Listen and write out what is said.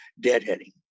deadheading